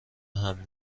حمل